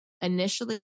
initially